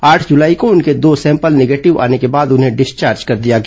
आठ जुलाई को उनके दो सैंपल निगेटिव आने के बाद उन्हें डिस्चार्ज कर दिया गया